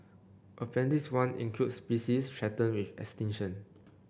appendix one includes species threatened with extinction